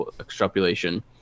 extrapolation